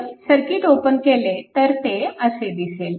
तर circuit open केले तर ते असे दिसेल